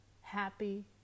happy